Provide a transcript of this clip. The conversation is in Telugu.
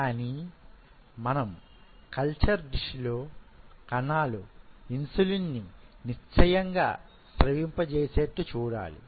కానీ మనం కల్చర్ డిష్ లో కణాలు ఇన్సులిన్ని నిశ్చయంగా స్రవింపజేసేట్టు చూడాలి